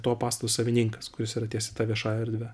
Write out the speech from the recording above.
to pastato savininkas kuris yra ties ta viešąja erdve